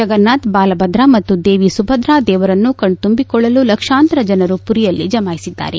ಜಗನ್ನಾಥ ಬಾಲಭದ್ರ ಮತ್ತು ದೇವಿ ಸುಭದ್ರಾ ದೇವರನ್ನು ಕಣ್ತಂಬಿಕೊಳ್ಳಲು ಲಕ್ಷಾಂತರ ಜನರು ಪುರಿಯಲ್ಲಿ ಜಮಾಯಿಸಿದ್ದಾರೆ